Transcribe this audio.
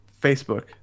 Facebook